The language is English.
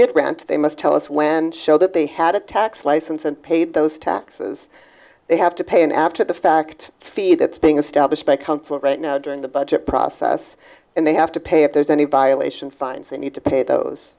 did rent they must tell us when show that they had a tax license and paid those taxes they have to pay and after the fact fee that's being established by council right now during the budget process and they have to pay if there's any violation fines they need to pay those